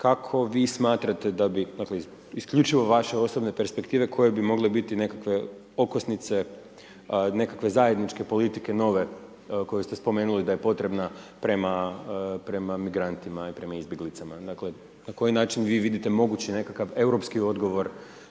kako vi smatrate da bi dakle isključivo vaše osobne perspektive koje bi mogle nekakve okosnice nekakve zajedničke politike nove koje ste spomenuli da je potrebna prema migrantima i prema izbjeglicama. Dakle, na koji način vi vidite mogući nekakvi europski odgovor